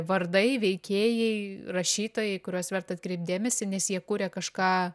vardai veikėjai rašytojai kuriuos verta atkreipt dėmesį nes jie kuria kažką